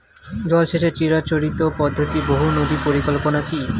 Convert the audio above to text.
জল সেচের চিরাচরিত পদ্ধতি বহু নদী পরিকল্পনা কি?